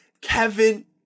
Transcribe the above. Kevin